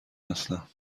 هستم